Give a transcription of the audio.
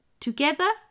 Together